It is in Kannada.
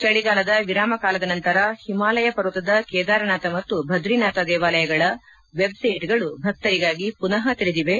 ಚಳಗಾಲದ ವಿರಾಮ ಕಾಲದ ನಂತರ ಹಿಮಾಲಯ ಪರ್ವತದ ಕೇದಾರನಾಥ ಮತ್ತು ಭದ್ರಿನಾಥ ದೇವಾಲಯಗಳ ವೆಬ್ಸೈಟ್ಗಳು ಭಕ್ತರಿಗಾಗಿ ಪುನ ತೆರೆದಿವೆ